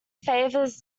favours